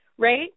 Right